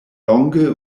longe